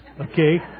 okay